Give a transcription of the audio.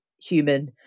human